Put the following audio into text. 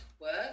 work